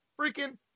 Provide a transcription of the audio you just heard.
freaking